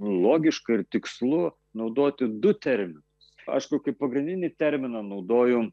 logiška ir tikslu naudoti du terminus aišku kaip pagrindinį terminą naudoju